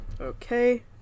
okay